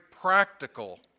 practical